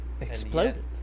Exploded